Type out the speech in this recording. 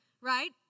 Right